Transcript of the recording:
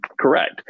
correct